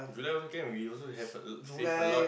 July also can we also have save a lot